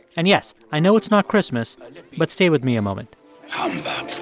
and, yes, i know it's not christmas but stay with me a moment humbug